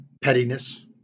pettiness